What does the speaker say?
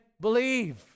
believe